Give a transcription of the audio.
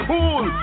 Cool